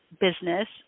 business